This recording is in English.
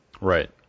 Right